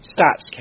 Stats